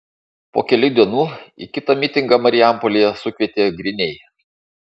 po kelių dienų į kitą mitingą marijampolėje sukvietė griniai